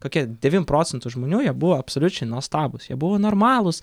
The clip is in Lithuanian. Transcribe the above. kokie devym procentų žmonių jie buvo absoliučiai nuostabūs jie buvo normalūs